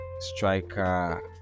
striker